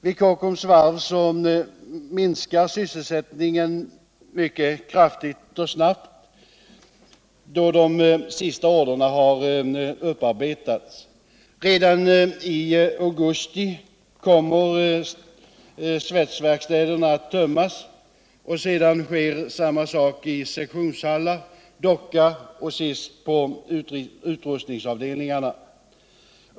Vid Kockums varv minskar sysselsättningen mycket kraftigt och snabbt då de sista orderna har upparbetats. Redan i augusti kommer svetsverkstäderna att tömmas, sedan sker samma sak i sektionshallar, dockor och sist utrustningsavdelningarna.